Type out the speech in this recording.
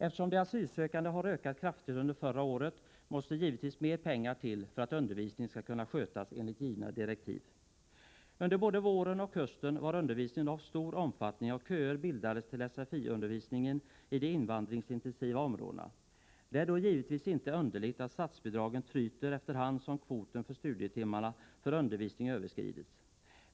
Eftersom antalet asylsökande har ökat kraftigt under förra året måste givetvis mer pengar till för att undervisningen skall kunna skötas enligt givna direktiv. r Under både våren och hösten var undervisningen av stor omfattning, och köer bildades till SFI-undervisningen i de invandringsintensiva områdena. Det är då givetvis inte underligt att statsbidragen tryter efter hand som kvoten för studietimmarna för undervisning överskridits.